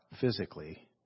physically